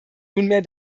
nunmehr